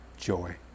Joy